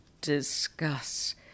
discuss